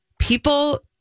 People